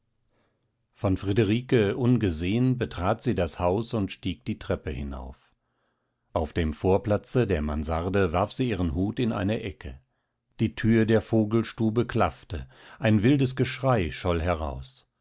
von friederike ungesehen betrat sie das haus und stieg die treppe hinauf auf dem vorplatze der mansarde warf sie ihren hut in eine ecke die thür der vogelstube klaffte ein wildes geschrei scholl heraus